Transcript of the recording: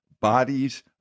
bodies